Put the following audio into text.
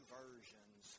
versions